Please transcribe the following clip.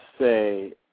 say